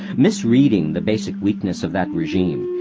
misreading the basic weakness of that regime,